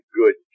good